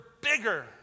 bigger